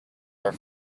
are